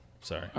sorry